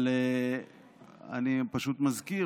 אבל אני פשוט מזכיר,